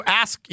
ask